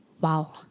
wow